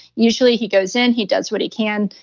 usually he goes in, he does what he can,